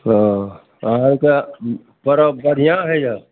हाँ तऽ अहाँके परब बढ़िआँ होइए